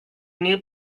new